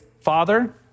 father